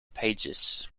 pages